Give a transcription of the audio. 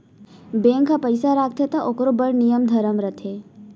bank ह पइसा राखथे त ओकरो बड़ नियम धरम रथे